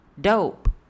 dope